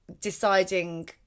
deciding